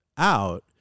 Out